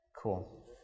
Cool